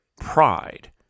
pride